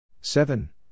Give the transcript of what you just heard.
Seven